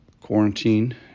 quarantine